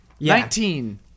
Nineteen